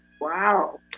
Wow